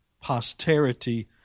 posterity